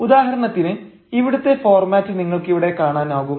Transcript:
ഉദാഹരണത്തിന് ഇവിടുത്തെ ഫോർമാറ്റ് നിങ്ങൾക്ക് ഇവിടെ കാണാനാകും